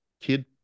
kid